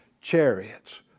chariots